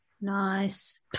Nice